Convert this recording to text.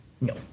No